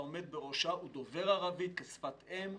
העומד בראשה הוא דובר ערבית כשפת אם,